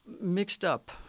mixed-up